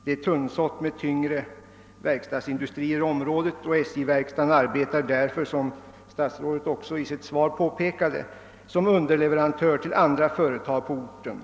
Det är tunnsått med tyngre verkstadsindustrier i området, och SJ verkstaden arbetar därför, som herr statsrådet själv i sitt svar påpekade, som underleverantör till andra företag på orten.